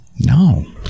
No